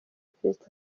perezida